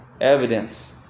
Evidence